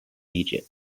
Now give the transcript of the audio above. egypt